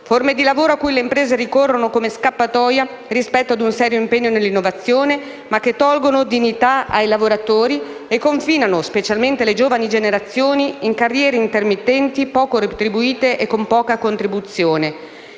forme di impiego a cui le imprese ricorrono come scappatoia rispetto ad un serio impegno nell'innovazione, ma che tolgono dignità ai lavoratori e confinano, specialmente le giovani generazioni, in carriere intermittenti, poco retribuite, con poca contribuzione